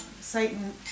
Satan